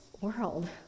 world